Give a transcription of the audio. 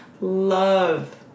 love